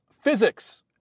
Physics